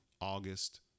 August